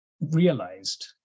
realized